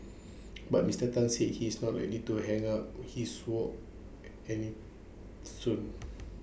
but Mister Tan said he is not A little to hang up his wok any soon